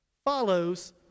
Follows